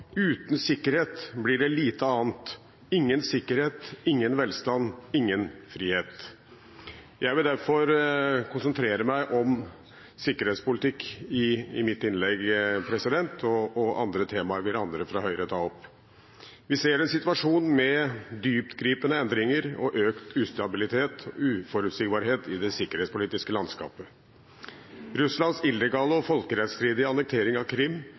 uten sikkerhet blir det lite annet. Ingen sikkerhet: ingen velstand, ingen frihet.» Jeg vil derfor konsentrere meg om sikkerhetspolitikk i mitt innlegg. Andre temaer vil andre fra Høyre ta opp. Vi ser en situasjon med dyptgripende endringer og økt ustabilitet og uforutsigbarhet i det sikkerhetspolitiske landskapet. Russlands illegale og folkerettsstridige annektering av Krim